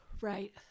right